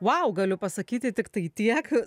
vau galiu pasakyti tiktai tiek